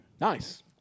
Nice